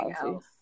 else